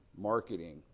marketing